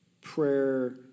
prayer